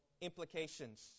implications